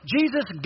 Jesus